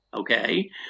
okay